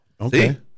Okay